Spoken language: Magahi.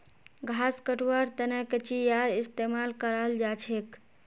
घास कटवार तने कचीयार इस्तेमाल कराल जाछेक